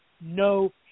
no